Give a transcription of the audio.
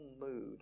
mood